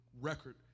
record